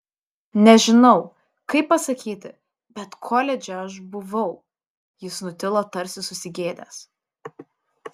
nežinau kaip pasakyti bet koledže aš buvau jis nutilo tarsi susigėdęs